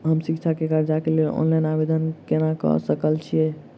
हम शिक्षा केँ कर्जा केँ लेल ऑनलाइन आवेदन केना करऽ सकल छीयै?